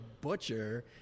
butcher